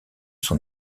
son